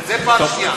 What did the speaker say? זה דבר שני.